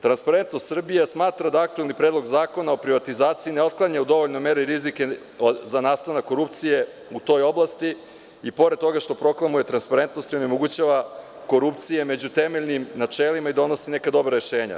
Transparentnost Srbija“ smatra da aktuelni Predlog zakona o privatizaciji ne otklanja u dovoljnoj meri rizike za nastanak korupcije u toj oblasti i pored toga što proklamuje transparentnost i onemogućava korupcije među temeljnim načelima i donosi neka dobra rešenja.